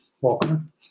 Welcome